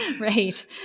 right